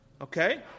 Okay